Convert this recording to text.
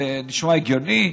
זה נשמע הגיוני?